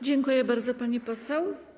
Dziękuję bardzo, pani poseł.